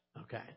Okay